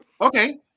Okay